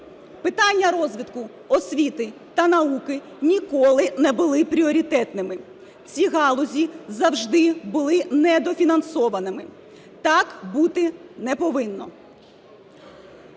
питання розвитку освіти та науки ніколи не були пріоритетними, ці галузі завжди були недофінансованими. Так бути не повинно.